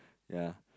ya